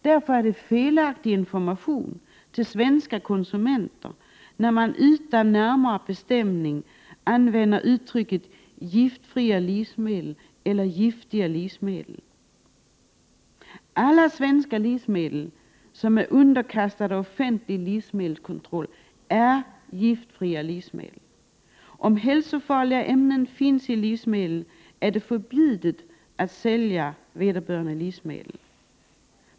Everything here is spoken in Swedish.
Därför är det felaktig information till svenska konsumenter när man utan närmare bestämning använder uttrycket ”giftfria livsmedel” eller ”giftiga livsmedel”. Alla svenska livsmedel som är underkastade offentlig livsmedelskontroll är giftfria livsmedel. Om hälsofarliga ämnen finns i livsmedel är det förbjudet att sälja dessa livsmedel.